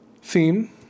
theme